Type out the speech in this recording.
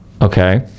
Okay